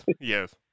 Yes